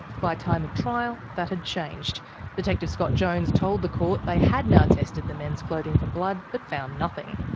by time of trial, that had changed detective scott jones told the court they had now tested the men's clothing for blood but found nothing.